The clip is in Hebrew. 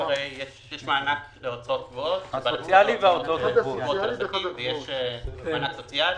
יש מענק להוצאות קבועות, ויש מענק סוציאלי.